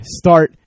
start